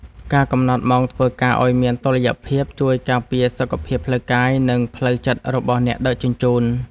ការកំណត់ម៉ោងធ្វើការឱ្យមានតុល្យភាពជួយការពារសុខភាពផ្លូវកាយ និងផ្លូវចិត្តរបស់អ្នកដឹកជញ្ជូន។